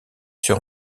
sur